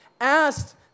asked